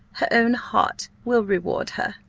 her own heart will reward her.